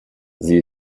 sie